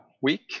week